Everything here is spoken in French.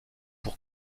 pour